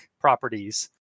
properties